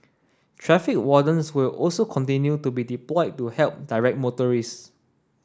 traffic wardens will also continue to be deployed to help direct motorist